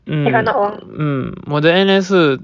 mm mm 我的 N_S 是